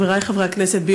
חבריי חברי הכנסת,